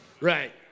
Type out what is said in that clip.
Right